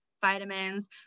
vitamins